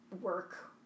work